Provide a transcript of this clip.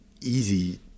easy